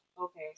Okay